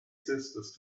sisters